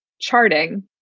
charting